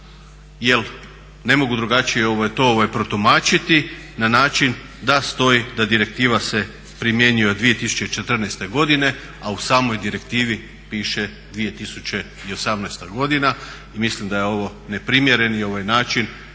jer ne mogu drugačije to protumačiti na način da stoji da direktiva se primjenjuje od 2014. godine, a u samoj direktivi piše 2018. godina. I mislim da je ovo neprimjereni način